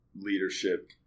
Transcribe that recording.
leadership